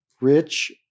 Rich